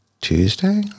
Tuesday